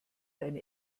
eine